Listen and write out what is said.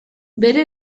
bere